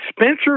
Spencer